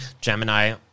gemini